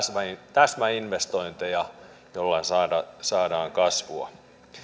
täsmäinvestointeja joilla saadaan kasvua